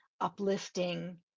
uplifting